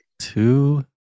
two